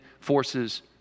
forces